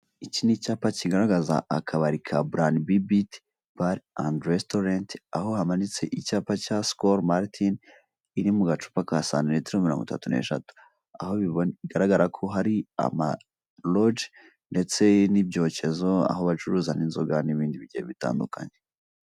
Iki ni icyapa kigaragaza akabari ka PLAN BT bar and restaurant, aho hamanitse icyapa cya Skol Martin iri mu gacupa ka santimetero mirongo itatu n'eshatu, aho bigaragara ko hari amarogi ndetse n'ibyokezo, aho bacuruza inzoga n'ibindi bigiye bitandukanye.